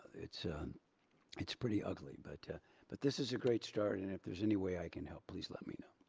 it's um it's pretty ugly. but but this is a great start and if there's any way i can help, please let me know.